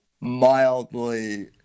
mildly